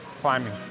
climbing